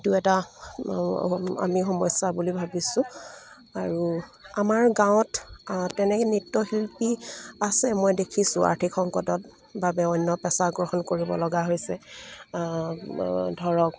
এইটো এটা আমি সমস্যা বুলি ভাবিছোঁ আৰু আমাৰ গাঁৱত তেনেকে নৃত্যশিল্পী আছে মই দেখিছোঁ আৰ্থিক সংকটত বাবে অন্য পেচা গ্ৰহণ কৰিব লগা হৈছে ধৰক